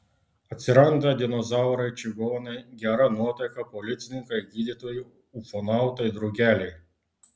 atsiranda dinozaurai čigonai gera nuotaika policininkai gydytojai ufonautai drugeliai